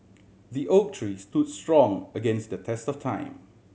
the oak tree stood strong against the test of time